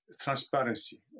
transparency